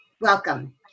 Welcome